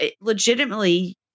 legitimately